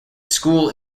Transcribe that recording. school